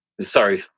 Sorry